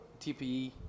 TPE